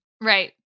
Right